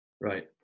Right